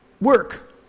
work